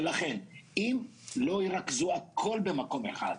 אם לא ירכזו הכול במקום אחד,